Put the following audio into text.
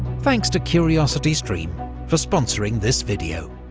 thanks to curiositystream for sponsoring this video.